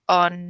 on